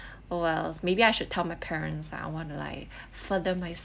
oh well maybe I should tell my parents I want to like further my